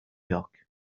york